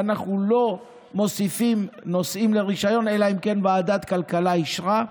ואנחנו לא מוסיפים נושאים לרישיון אלא אם כן ועדת הכלכלה אישרה,